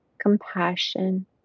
compassion